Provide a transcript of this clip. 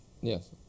Yes